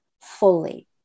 fully